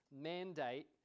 mandate